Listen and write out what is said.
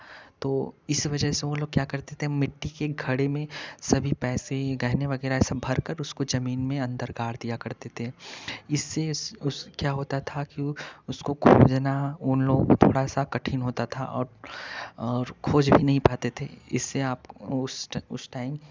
तो इस वजह से वे लोग क्या करते थे मिट्टी के घड़े में सभी पैसे गहने वगैराह सब भर कर उसको ज़मीन में अन्दर गाड़ दिया करते थे इससे उस को क्या होता था कि उसको खोजना उन लोगों को थोड़ा सा कठिन होता था और खोज भी नहीं पाते थे इससे आपको उस टाइम